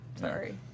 Sorry